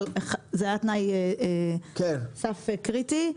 אבל זה היה תנאי סף קריטי.